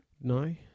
No